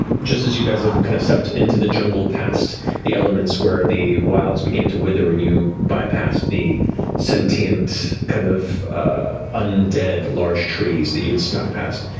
just as you guys have ah kind of stepped into the jungle past the elements where the wilds begin to wither and you bypassed the sentient, kind of undead large trees that you had snuck past.